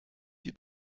die